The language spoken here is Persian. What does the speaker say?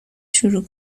شروع